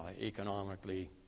economically